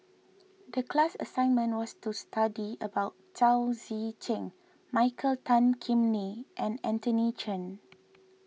the class assignment was to study about Chao Tzee Cheng Michael Tan Kim Nei and Anthony Chen